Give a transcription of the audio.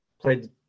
played